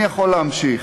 אני יכול להמשיך.